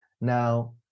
Now